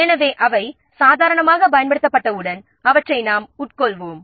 எனவே சாதாரணமாகப் பயன்படுத்தியவுடன் அவற்றை நாம் பயன்படுத்தியதாக கருதுவோம்